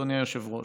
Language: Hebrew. אדוני היושב-ראש.